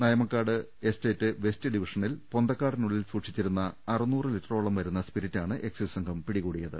Nayamakkad estate west ഡിവിഷനിൽ പൊന്തക്കാടിനുള്ളിൽ സൂക്ഷിച്ചിരുന്ന അറുനൂറ് ലിറ്ററോളം വരുന്ന സ്പിരിറ്റാണ് എക്സൈസ് സംഘം പിടികൂടിയത്